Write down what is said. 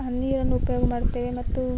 ಆ ನೀರನ್ನು ಉಪಯೋಗ ಮಾಡುತ್ತೇವೆ ಮತ್ತು